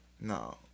No